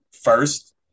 first